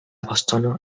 bastono